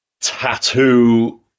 tattoo